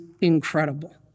incredible